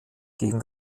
gegen